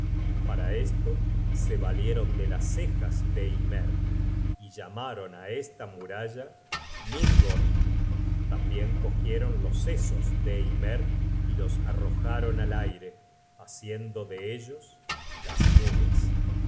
para esto se valieron de las cejas de ymer y llamaron á esta muralla midgord tambien cogieron los sesos de ymer y los arrojaron al aire haciendo de ellos las nubes